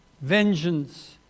vengeance